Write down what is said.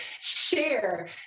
share